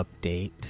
Update